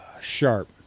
Sharp